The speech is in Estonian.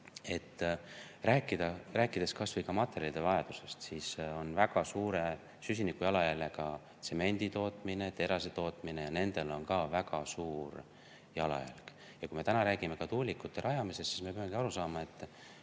rääkida kas või ka materjalide vajadusest, siis väga suure süsinikujalajäljega on tsemenditootmine ja terasetootmine. Nendel on ka väga suur jalajälg. Ja kui me täna räägime tuulikute rajamisest, siis me peamegi aru saama